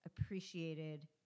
appreciated